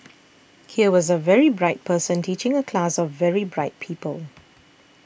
here was a very bright person teaching a class of very bright people